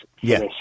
Yes